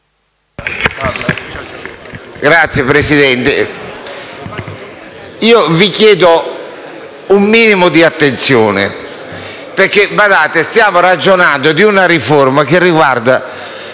Signora Presidente, vi chiedo un minimo di attenzione perché stiamo ragionando di una riforma che riguarda